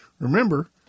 Remember